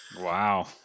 Wow